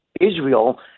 Israel